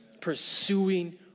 pursuing